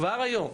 כבר היום,